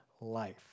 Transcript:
life